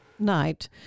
night